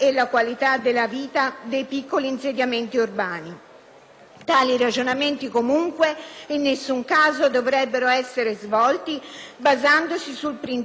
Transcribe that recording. Tali ragionamenti, comunque, in nessun caso dovrebbero essere svolti basandosi sul principio della contrapposizione generazionale.